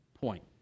point